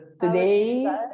Today